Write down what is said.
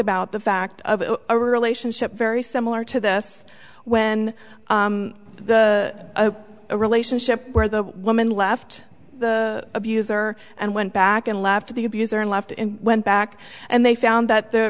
about the fact of a relationship very similar to this when a relationship where the woman left the abuser and went back and left the abuser and left and went back and they found that the